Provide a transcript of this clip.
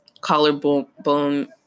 collarbone